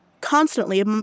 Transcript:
constantly